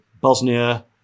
Bosnia